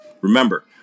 Remember